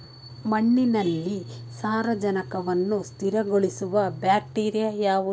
ಮಣ್ಣಿನಲ್ಲಿ ಸಾರಜನಕವನ್ನು ಸ್ಥಿರಗೊಳಿಸುವ ಬ್ಯಾಕ್ಟೀರಿಯಾ ಯಾವುದು?